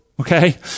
okay